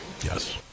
Yes